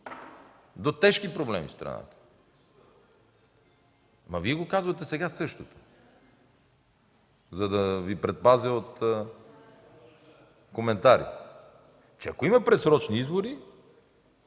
до тежки проблеми в страната. А Вие сега казвате същото, за да Ви предпазя от коментари – че ако има предсрочни избори,